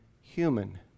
human